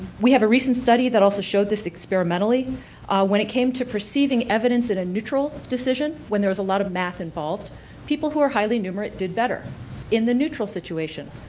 we have a recent study that also showed this experimentally when it came to perceiving evidence in a neutral decision when there is a lot of math involved people who are highly numerate did better in the neutral situation,